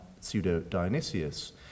pseudo-Dionysius